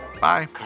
Bye